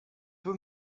peu